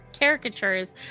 caricatures